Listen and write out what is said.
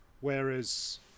Whereas